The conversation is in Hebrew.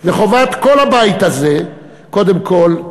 וחובת כל הבית הזה, קודם כול: